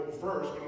first